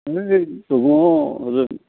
ओइ दङ हजों